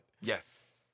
Yes